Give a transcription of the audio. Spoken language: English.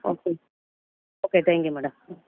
okay okay thank you madam okay